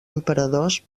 emperadors